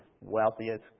wealthiest